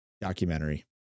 documentary